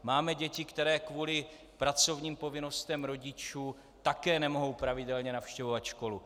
Máme děti, které kvůli pracovním povinnostem rodičů také nemohou pravidelně navštěvovat školu.